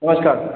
नस्कार